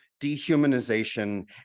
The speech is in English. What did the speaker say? dehumanization